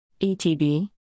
ETB